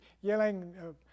yelling